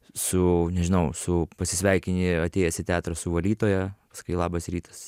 su nežinau su pasisveikini atėjęs į teatrą su valytoja sakai labas rytas